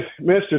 Mr